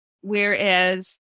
Whereas